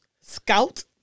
Scout